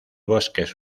bosques